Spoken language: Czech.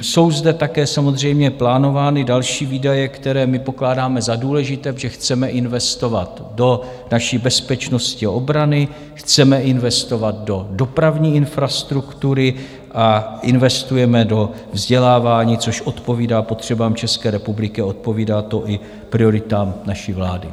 Jsou zde také samozřejmě plánovány další výdaje, které my pokládáme za důležité, protože chceme investovat do naší bezpečnosti a obrany, chceme investovat do dopravní infrastruktury a investujeme do vzdělávání, což odpovídá potřebám České republiky a odpovídá to i prioritám naší vlády.